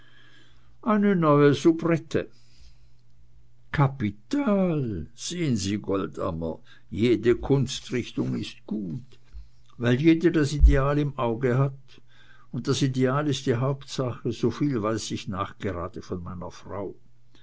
eine neue soubrette kapital sehen sie goldammer jede kunstrichtung ist gut weil jede das ideal im auge hat und das ideal ist die hauptsache soviel weiß ich nachgerade von meiner frau